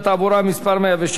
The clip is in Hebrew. התשע"ב 2012,